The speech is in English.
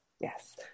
Yes